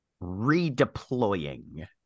redeploying